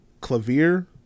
Clavier